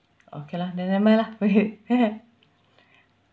okay lah then never mind lah go ahead